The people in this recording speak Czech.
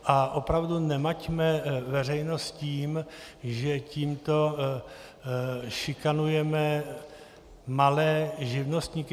A opravdu, nemaťme veřejnost tím, že tímto šikanujeme malé živnostníky.